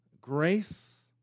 grace